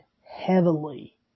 heavily